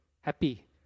Happy